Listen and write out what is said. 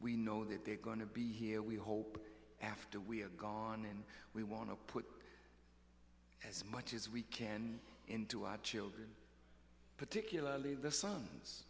we know that they're going to be here we hope after we are gone and we want to put as much as we can into our children particularly the sons